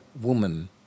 woman